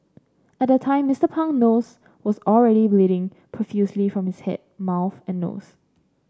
at the time Mister Pang nose was already bleeding profusely from his head mouth and nose